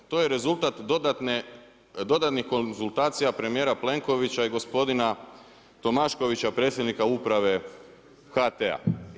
To je rezultat dodani konzultacija premijera Plenkovića i gospodina Tomaškovića, Predsjednika Uprave HT-a.